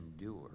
endure